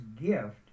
gift